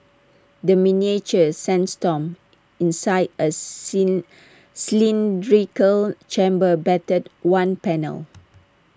A miniature sandstorm inside A slim cylindrical chamber battered one panel